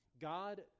God